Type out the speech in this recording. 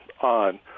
on